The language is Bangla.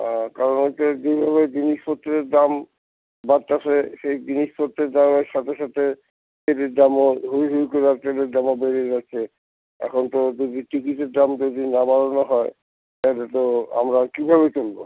হ্যাঁ কারণ ওইটা যেভাবে জিনিসপত্রের দাম বাড়তাসে সেই জিনিসপত্রের দামের সাথে সাথে তেলের দামও হই হই করে তেলের দামও বেড়ে গেছে এখন তো যদি টিকিটের দাম যদি না বাড়ানো হয় তাহলে তো আমরা কীভাবে চলবো